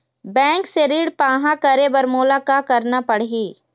Bank से ऋण पाहां करे बर मोला का करना पड़ही?